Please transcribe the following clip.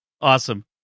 Awesome